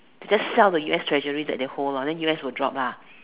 just sell the U_S treasury that they hold lor then us will drop lah